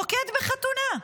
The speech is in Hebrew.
רוקד בחתונה.